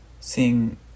seeing